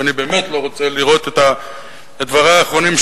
ואני באמת לא רוצה לראות את דברי האחרונים,